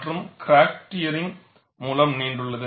மற்றும் crack tearing மூலம் நீண்டுள்ளது